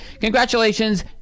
congratulations